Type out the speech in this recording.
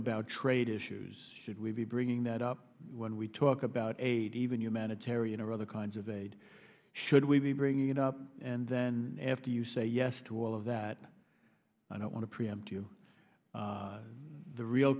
about trade issues should we be bringing that up when we talk about aid even humanitarian or other kinds of aid should we be bringing it up and then after you say yes to all of that i don't want to preempt you the real